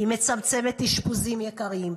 היא מצמצמת אשפוזים יקרים,